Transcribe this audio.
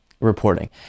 reporting